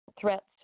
threats